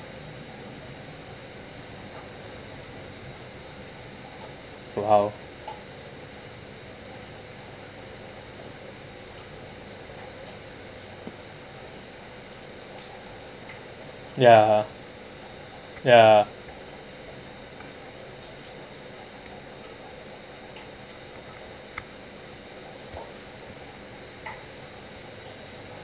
!wow! ya ya